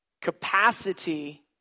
capacity